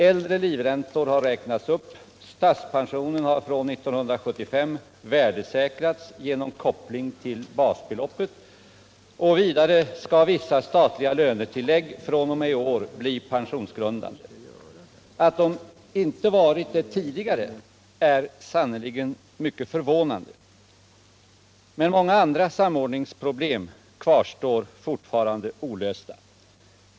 Äldre livräntor 167 har räknats upp, statspensionen har från 1975 värdesäkrats genom koppling till basbeloppet, och vidare skall vissa statliga lönetillägg fr.o.m. i år bli pensionsgrundande. Att de inte har varit det tidigare är sannerligen mycket förvånande. Men många andra samordningsproblem kvarstår olösta.